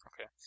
Okay